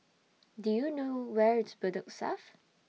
Do YOU know Where IS Bedok South